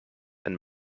and